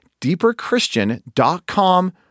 deeperchristian.com